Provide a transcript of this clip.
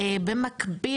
במקביל,